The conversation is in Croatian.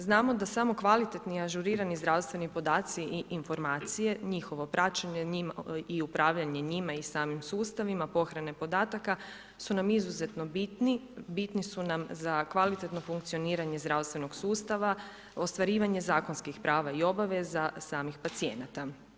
Znamo da smo kvalitetni i ažurirani zdravstveni podaci i informacije, njihovo praćenje i upravljanje njima i samim sustavima, pohrane podataka su nam izuzetno bitni, bitni su nam za kvalitetno funkcioniranje zdravstvenog sustava, ostvarivanje zakonskih prava i obaveza samih pacijenata.